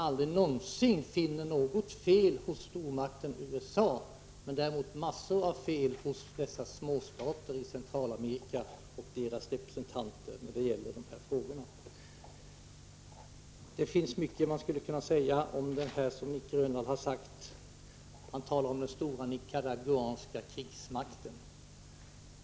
Aldrig någonsin ser man fel hos stormakten USA, men däremot massor av fel hos dessa småstater i Centralamerika och deras representanter. Det finns mycket som man skulle kunna säga om det Nic Grönvall här anfört. Han talar om den stora nicaraguanska krigsmakten.